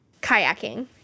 Kayaking